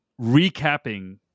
recapping